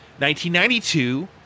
1992